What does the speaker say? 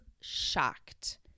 shocked